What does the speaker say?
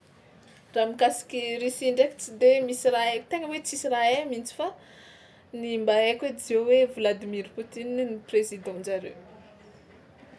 Raha mikasiky Russie ndraiky tsy de misy raha hay tegna hoe tsisy raha hay mihitsy fa ny mba haiko edy zao hoe Vladimir Poutine no président-jareo.